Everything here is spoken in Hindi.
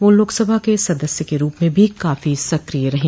वह लोकसभा के सदस्य के रूप में भी काफी सकिय रहीं